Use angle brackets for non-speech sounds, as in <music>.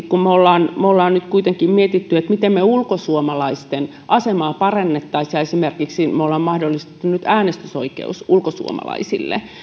<unintelligible> kun me samanaikaisesti olemme nyt kuitenkin miettineet miten me ulkosuomalaisten asemaa parantaisimme ja esimerkiksi olemme mahdollistaneet nyt äänestysoikeuden ulkosuomalaisille